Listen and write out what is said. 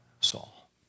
Saul